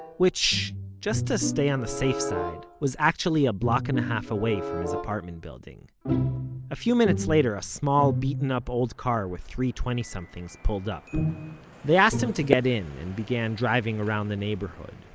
which just to stay on the safe side was actually a-block-and-half away from his apartment building a few minutes later, a small beaten-up old car with three twenty-somethings, pulled up they asked him to get in and began driving around the neighborhood.